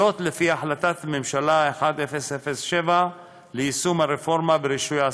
זאת לפי החלטת ממשלה 1007 ליישום הרפורמה ברישוי עסקים.